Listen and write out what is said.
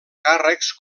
càrrecs